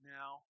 now